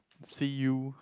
see you